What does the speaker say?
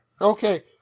Okay